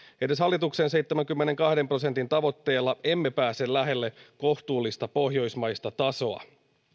edes hallituksen seitsemänkymmenenkahden prosentin tavoitteella emme pääse lähelle kohtuullista pohjoismaista tasoa